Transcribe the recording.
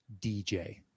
dj